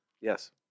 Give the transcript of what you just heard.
Yes